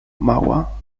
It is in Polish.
mała